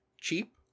cheap